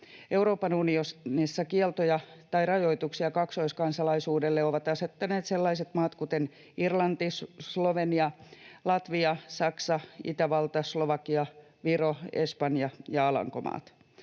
Euroopan unionissa kieltoja tai rajoituksia kaksoiskansalaisuudelle ovat asettaneet sellaiset maat kuten Irlanti, Slovenia, Latvia, Saksa, Itävalta, Slovakia, Viro, Espanja ja Alankomaat.